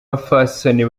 bapfasoni